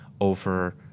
over